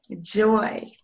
Joy